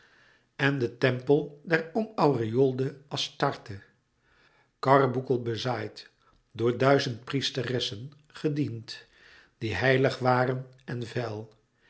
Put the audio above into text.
en den tempel der om aureoolde astarte karbonkelbezaaid door duizend priesteressen gediend die heilig waren en